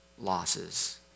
losses